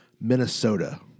Minnesota